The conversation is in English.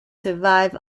survive